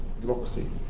democracy